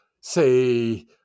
say